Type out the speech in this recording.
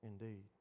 indeed